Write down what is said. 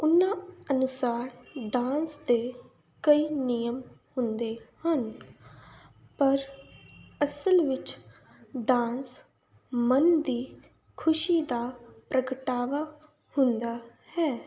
ਉਹਨਾਂ ਅਨੁਸਾਰ ਡਾਂਸ ਦੇ ਕਈ ਨਿਯਮ ਹੁੰਦੇ ਹਨ ਪਰ ਅਸਲ ਵਿੱਚ ਡਾਂਸ ਮਨ ਦੀ ਖੁਸ਼ੀ ਦਾ ਪ੍ਰਗਟਾਵਾ ਹੁੰਦਾ ਹੈ